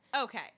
okay